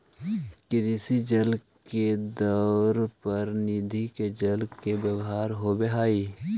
कृषि जल के तौर पर नदि के जल के व्यवहार होव हलई